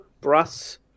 brass